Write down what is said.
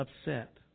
upset